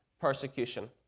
persecution